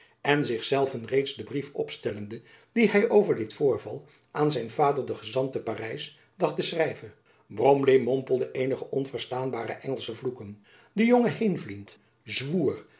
in zich zelven reeds den brief opstellende dien hy over dit voorval aan zijn vader den gezant te parijs dacht te schrijven bromley mompelde eenige onverstaanbare engelsche vloeken de jonge heenvliet zwoer